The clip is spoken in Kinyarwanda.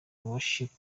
worship